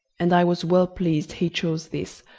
and i was well pleased he chose this,